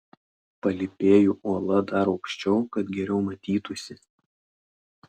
palypėju uola dar aukščiau kad geriau matytųsi